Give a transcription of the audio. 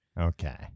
Okay